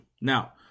Now